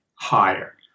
higher